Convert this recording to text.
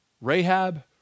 Rahab